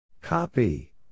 Copy